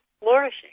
flourishing